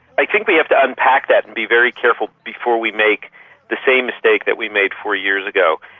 i think we have to unpack that and be very careful before we make the same mistake that we made four years ago,